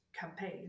campaign